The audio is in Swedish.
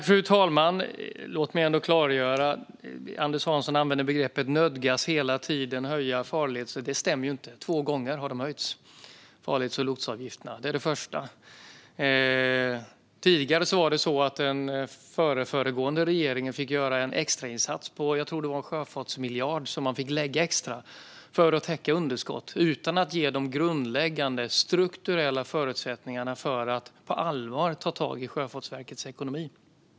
Fru talman! Låt mig klargöra. Anders Hansson säger att Sjöfartsverket "hela tiden nödgas höja farledsavgifterna". Det stämmer inte. Två gånger har farleds och lotsavgifterna höjts. Den förrförra regeringen fick göra en extrainsats. Jag tror att det var en extra sjöfartsmiljard som man fick lägga till för att täcka underskott. Det gjorde man utan att ge de grundläggande strukturella förutsättningarna för att på allvar ta tag i Sjöfartsverkets ekonomi.